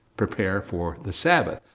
prepare for the sabbath.